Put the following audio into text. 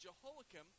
Jehoiakim